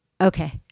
Okay